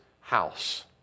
house